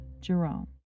Jerome